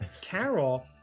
Carol